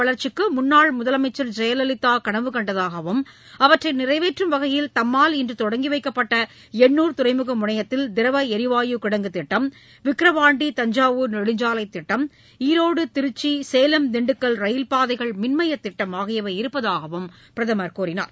வளர்ச்சிக்குமுன்னாள் தமிழகத்தின் முதலமைச்சர் கண்டதாகவும் அவற்றைநிறைவேற்றும் வகையில் தம்மால் இன்றுதொங்கிவைக்கப்பட்டஎன்னூர் துறைமுகமுனையத்தில் திரவளரிவாயு கிடங்கு திட்டம் விக்ரவாண்டி தஞ்சாவூர் நெடுஞ்சாலைத் திட்டம் ஈரோடு திருச்சி சேலம் திண்டுக்கல் ரயில் பாதைகள் மின்மயதிட்டம் ஆகியவை இருப்பதாகவும் பிரதமர் தெரிவித்தார்